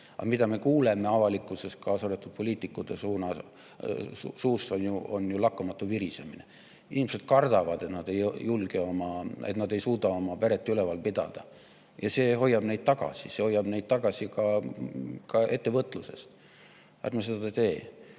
Aga mida me kuuleme avalikkuses, kaasa arvatud poliitikute suust, on lakkamatu virisemine. Inimesed kardavad, et nad ei suuda oma peret üleval pidada, ja see hoiab neid tagasi. See hoiab neid tagasi ka ettevõtluses. Ärme seda tee!